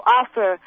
offer